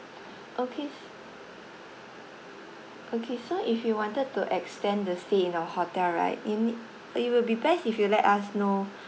okay okay so if you wanted to extend the stay in our hotel right you need it will be best if you let us know